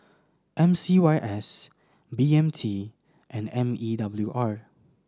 M C Y S B M T and M E W R